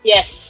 Yes